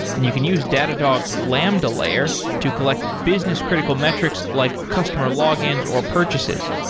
and you can use datadog's lambda layer to collect business critical metrics, like customer logins or purchases.